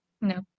no